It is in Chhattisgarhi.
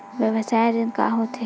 व्यवसाय ऋण का होथे?